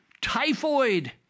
typhoid